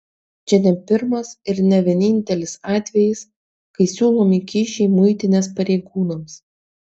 čia ne pirmas ir ne vienintelis atvejis kai siūlomi kyšiai muitinės pareigūnams